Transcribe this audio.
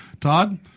Todd